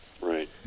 Right